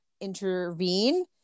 intervene